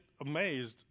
amazed